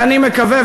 אבל אני מקווה,